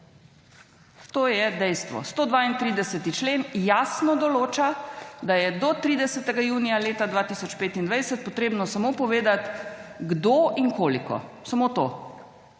To je dejstvo. 132. člen jasno določa, da je do 30. junija leta 2025 potrebno samo povedati, kdo in koliko. Samo to.